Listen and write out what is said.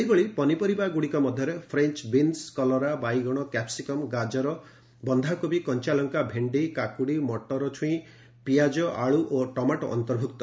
ସେହିଭଳି ପନିପରିବା ଗୁଡ଼ିକ ମଧ୍ୟରେ ଫ୍ରେଞ୍ ବିନ୍ଦୁ କଲରା ବାଇଗଣ କ୍ୟାପ୍ସିକମ୍ ଗାଜର ବନ୍ଧାକୋବି କଞ୍ଚାଲଙ୍କା ଭେଣ୍ଡି କାକୁଡ଼ି ମଟର ଛୁଇଁ ପିଆଜ ଆଳୁ ଓ ଟମାଟୋ ଅନ୍ତର୍ଭୁକ୍ତ